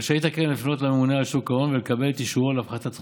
רשאית הקרן לפנות לממונה על שוק ההון ולקבל את אישורו להפחתת זכויות.